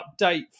update